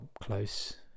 close